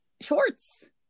shorts